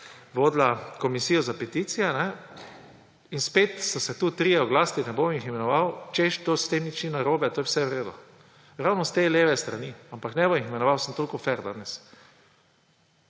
vodila komisijo za peticije. In spet so se tukaj trije oglasili, ne bom jih imenoval, češ da s tem ni nič narobe, to je vse v redu. Ravno s te leve strani, ampak ne bom jih imenoval, sem toliko fer danes.